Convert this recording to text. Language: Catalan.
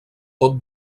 pot